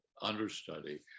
understudy